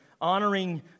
honoring